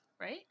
right